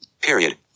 Period